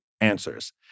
answers